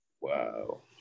Wow